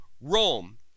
Rome